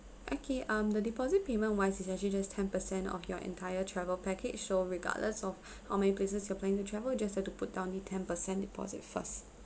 okay um the deposit payment wise is actually just ten percent of your entire travel package so regardless of how many places you are planning to travel just have to put down the ten percent deposit first